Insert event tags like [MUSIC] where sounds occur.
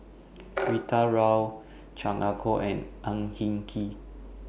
[NOISE] Rita Chao Chan Ah Kow and Ang Hin Kee